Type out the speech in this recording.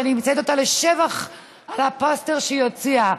אני מציינת אותה לשבח על הפוסטר שהיא הוציאה: